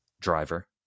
driver